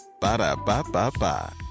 Ba-da-ba-ba-ba